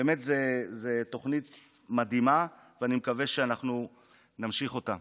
זו תוכנית מדהימה ואני מקווה שאנחנו נמשיך אותה.